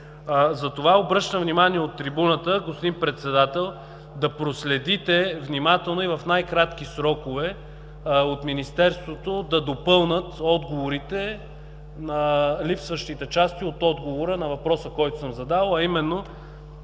Затова обръщам внимание от трибуната, господин Председател, да проследите внимателно и в най-кратки срокове от Министерството да допълнят отговорите на липсващите части от отговора на въпроса, който съм задал, а именно